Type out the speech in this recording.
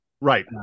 Right